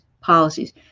policies